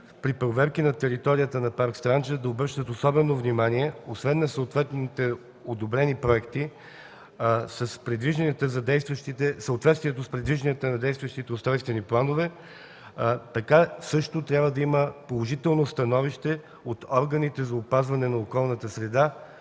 при проверки на територията на парк „Странджа” да обръщат особено внимание освен на съответните одобрени проекти, в съответствие с предвижданията на действащите устройствени планове, така също да има положително становище от органите за опазване на околната среда,